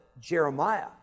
Jeremiah